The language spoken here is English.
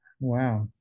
Wow